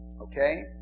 Okay